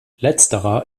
letzterer